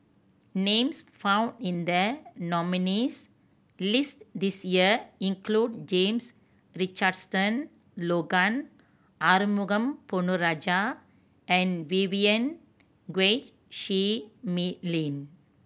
names found in the nominees' list this year include James Richardson Logan Arumugam Ponnu Rajah and Vivien Quahe Seah Mei Lin